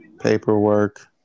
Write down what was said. Paperwork